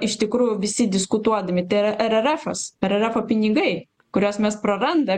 iš tikrųjų visi diskutuodami tai ererefas ererefo pinigai kuriuos mes praranda